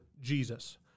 Jesus